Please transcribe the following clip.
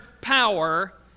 power